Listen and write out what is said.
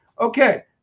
okay